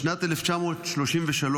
בשנת 1933,